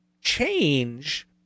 change